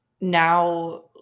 now